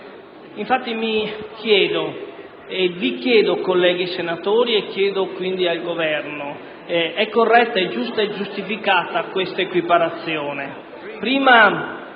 sociale. Mi chiedo, vi chiedo colleghi senatori e chiedo al Governo: è corretta, è giusta, è giustificata questa equiparazione? Prima